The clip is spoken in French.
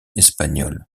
espagnole